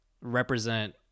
represent